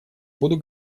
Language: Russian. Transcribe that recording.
буду